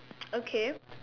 okay